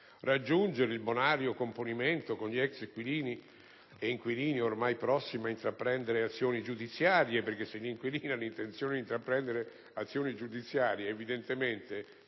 raggiungere il bonario componimento con gli ex inquilini e inquilini ormai prossimi a intraprendere azioni giudiziarie». Infatti, se gli inquilini hanno intenzione di intraprendere azioni giudiziarie evidentemente